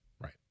Right